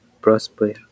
prosper